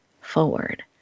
forward